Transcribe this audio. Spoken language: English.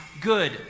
good